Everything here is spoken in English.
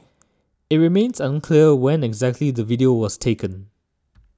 it remains unclear when exactly the video was taken